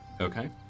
Okay